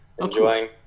Enjoying